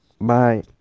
Bye